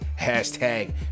hashtag